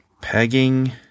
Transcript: Pegging